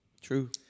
True